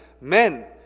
Men